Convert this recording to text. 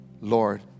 Lord